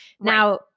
Now